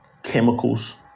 chemicals